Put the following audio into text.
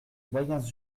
moyens